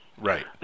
Right